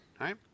right